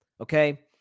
Okay